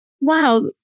wow